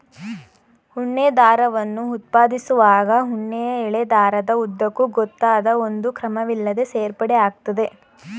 ಉಣ್ಣೆ ದಾರವನ್ನು ಉತ್ಪಾದಿಸುವಾಗ ಉಣ್ಣೆಯ ಎಳೆ ದಾರದ ಉದ್ದಕ್ಕೂ ಗೊತ್ತಾದ ಒಂದು ಕ್ರಮವಿಲ್ಲದೇ ಸೇರ್ಪಡೆ ಆಗ್ತದೆ